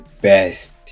best